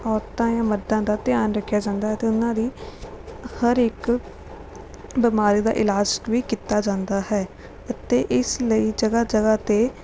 ਔਰਤਾਂ ਜਾਂ ਮਰਦਾਂ ਦਾ ਧਿਆਨ ਰੱਖਿਆ ਜਾਂਦਾ ਹੈ ਅਤੇ ਉਹਨਾਂ ਦੀ ਹਰ ਇੱਕ ਬਿਮਾਰੀ ਦਾ ਇਲਾਜ ਵੀ ਕੀਤਾ ਜਾਂਦਾ ਹੈ ਅਤੇ ਇਸ ਲਈ ਜਗ੍ਹਾ ਜਗ੍ਹਾ 'ਤੇ